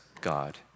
God